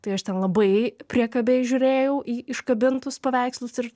tai aš ten labai priekabiai žiūrėjau į iškabintus paveikslus ir